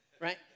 right